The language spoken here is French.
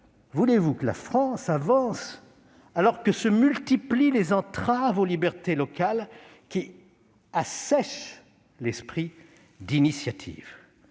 voulez-vous que la France avance, alors que se multiplient les entraves aux libertés locales, qui assèchent l'esprit d'initiative ?